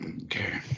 Okay